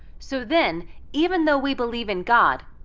so then even though we believe in god,